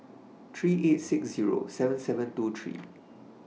three eight six Zero seven seven two three